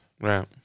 Right